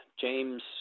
james